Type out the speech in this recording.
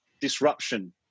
disruption